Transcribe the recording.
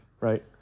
right